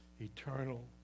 eternal